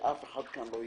שאף אחד כאן לא יטעה.